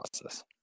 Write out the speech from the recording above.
process